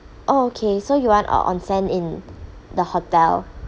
oh okay so you want uh onsen in the hotel